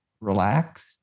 relaxed